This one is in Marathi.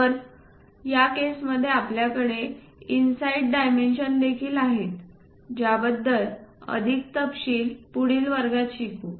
तर त्या केसमध्ये आपल्याकडे इन साईड डायमेन्शन्स देखील आहे त्याबद्दल अधिक तपशील पुढील वर्गात शिकू